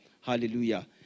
Hallelujah